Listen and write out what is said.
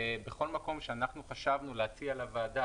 ובכל מקום שאנחנו חשבנו להציע לוועדה